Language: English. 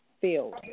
field